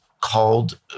called